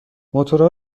موتورا